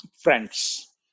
Friends